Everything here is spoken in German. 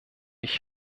ich